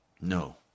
no